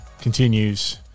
continues